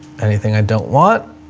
anything i don't want.